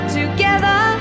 together